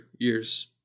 ears